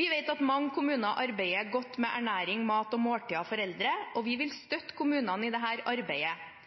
Vi vet at mange kommuner arbeider godt med ernæring, mat og måltider for eldre, og vi vil støtte kommunene i dette arbeidet.